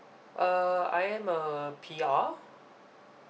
uh I am a P_R